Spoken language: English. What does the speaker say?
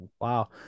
Wow